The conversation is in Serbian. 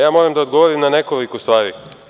Ja moram da odgovorim na nekoliko stvari.